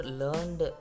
learned